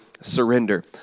surrender